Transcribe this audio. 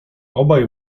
obaj